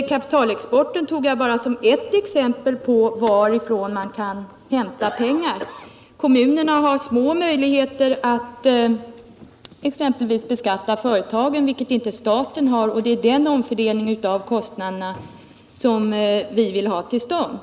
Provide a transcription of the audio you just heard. Kapitalexporten tog jag bara som ert exempel på varifrån man kan hämta pengar. Kommunerna har små möjligheter att exempelvis beskatta företagen, vilket inte staten har. Det är den omfördelningen av kostnaderna som vi vill ha till stånd.